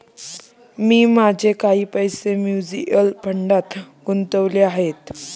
मी माझे काही पैसे म्युच्युअल फंडात गुंतवले आहेत